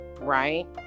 right